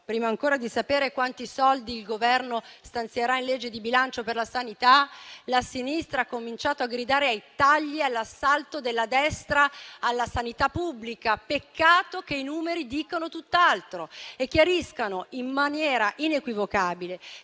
Prima ancora di sapere quanti soldi il Governo stanzierà in legge di bilancio per la sanità, la sinistra ha cominciato a gridare ai tagli e all'assalto della destra alla sanità pubblica. Peccato che i numeri dicano tutt'altro e chiariscano in maniera inequivocabile